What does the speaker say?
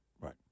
right